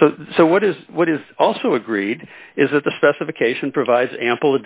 so so what is what is also agreed is that the specification provides ample